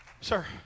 Sir